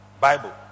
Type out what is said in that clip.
Bible